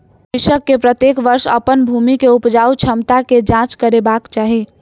कृषक के प्रत्येक वर्ष अपन भूमि के उपजाऊ क्षमता के जांच करेबाक चाही